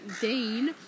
Dean